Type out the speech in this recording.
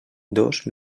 dos